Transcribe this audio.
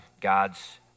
God's